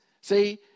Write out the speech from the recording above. See